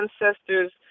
ancestors